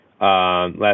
last